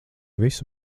visu